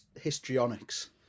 histrionics